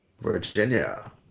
Virginia